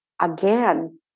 again